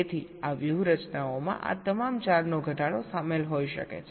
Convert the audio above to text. તેથી આ વ્યૂહરચનાઓમાં આ તમામ 4 નો ઘટાડો શામેલ હોઈ શકે છે